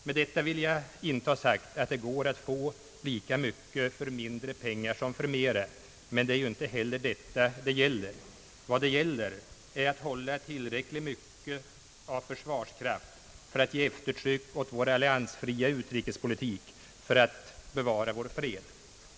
Med detta vill jag inte ha sagt att det går att få lika mycket för mindre pengar som för mera. Men det är ju inte heller detta det gäller. Vad det gäller är att hålla tillräckligt mycket av försvarskraft för att ge eftertryck åt vår alliansfria utrikespolitik, för att bevara vår fred.